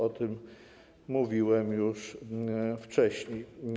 O tym mówiłem już wcześniej.